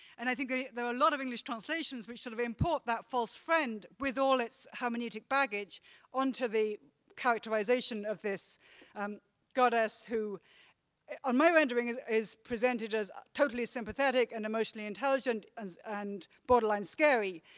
and i think there are a lot of english translations which sort of import that false friend with all its hermeneutic baggage onto the characterization of this um goddess, who on my rendering is is presented as totally sympathetic and emotionally intelligent and borderline scary,